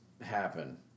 happen